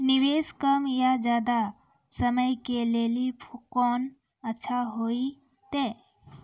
निवेश कम या ज्यादा समय के लेली कोंन अच्छा होइतै?